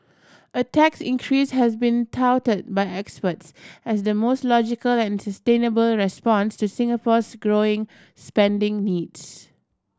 a tax increase has been touted by experts as the most logical and sustainable response to Singapore's growing spending needs